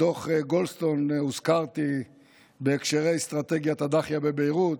בדוח גולדסטון הוזכרתי בהקשרי אסטרטגיית הדאחייה בביירות,